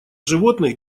животных